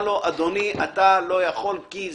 יש איזון תמיד, שזה